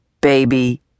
Baby